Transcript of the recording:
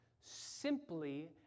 simply